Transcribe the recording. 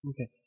Okay